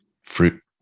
fruit